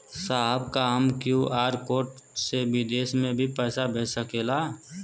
साहब का हम क्यू.आर कोड से बिदेश में भी पैसा भेज सकेला?